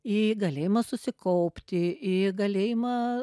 į galėjimą susikaupti į galėjimą